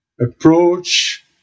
Approach